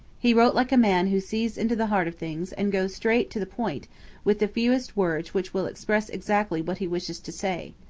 he wrote like a man who sees into the heart of things and goes straight to the point with the fewest words which will express exactly what he wishes to say.